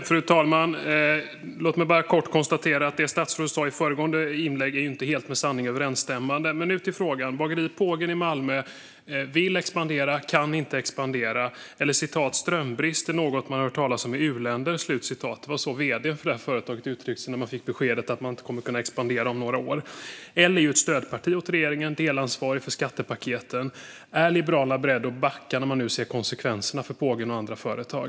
Fru talman! Låt mig bara kort konstatera att det statsrådet sa i föregående inlägg inte är helt med sanningen överensstämmande. Men nu ska jag gå över till frågan. Bageriet Pågen i Malmö vill expandera men kan inte expandera. Så här uttryckte sig Pågens vd när han fick besked om att man inte kommer att kunna expandera om några år: Strömbrist är något man har hört talas om i u-länder. L är ett stödparti åt regeringen och delansvarigt för skattepaketen. Är Liberalerna beredda att backa när man nu ser konsekvenserna för Pågen och andra företag?